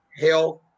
health